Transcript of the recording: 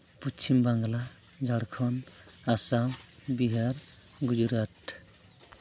Paschim Bangla Jharkhand Assam Bihar Gujarat